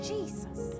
Jesus